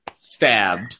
Stabbed